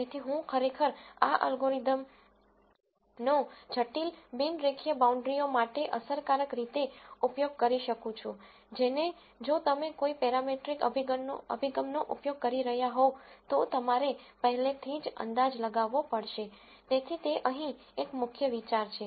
તેથી હું ખરેખર આ અલ્ગોરિધમનો જટિલ બિન રેખીય બાઉન્ડ્રીઓ માટે અસરકારક રીતે ઉપયોગ કરી શકું છું જેને જો તમે કોઈ પેરામેટ્રિક અભિગમનો ઉપયોગ કરી રહ્યાં હોવ તો તમારે પહેલેથી અંદાજ લગાવવો પડશે તેથી તે અહીં એક મુખ્ય વિચાર છે